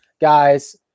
guys